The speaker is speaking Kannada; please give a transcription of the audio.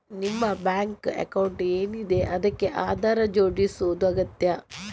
ನಿಮ್ಮ ಬ್ಯಾಂಕ್ ಅಕೌಂಟ್ ಏನಿದೆ ಅದಕ್ಕೆ ಆಧಾರ್ ಜೋಡಿಸುದು ಅಗತ್ಯ